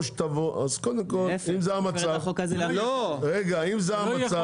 אז קודם כל, אם זה המצב, רגע, אם זה המצב.